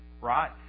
right